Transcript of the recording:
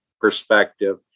perspective